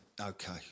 Okay